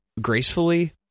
gracefully